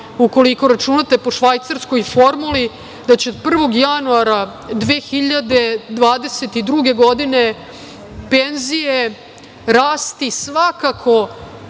ukoliko računate po švajcarskoj formuli da će 1. januara 2022. godine penzije rasti svakako